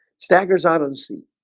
staggers out of the sea